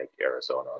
Arizona